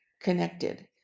connected